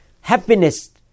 happiness